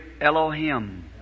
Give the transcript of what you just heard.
Elohim